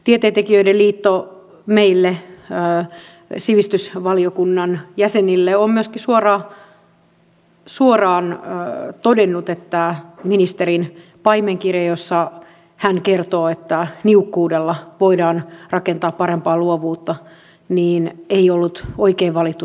tieteentekijöiden liitto on meille sivistysvaliokunnan jäsenille myöskin suoraan todennut että ministerin paimenkirje jossa hän kertoo että niukkuudella voidaan rakentaa parempaa luovuutta ei ollut oikein valittu tässä ajassa